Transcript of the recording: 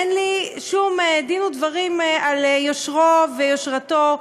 אין לי שום דין ודברים על יושרו ויושרתו,